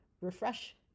refresh